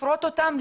לפרוט אותם,